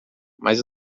mas